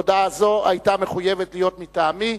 הודעה זו היתה מחויבת להיות מטעמי,